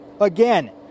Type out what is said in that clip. Again